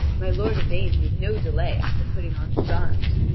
my lord yvain made no delay after putting on his arms,